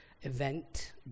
event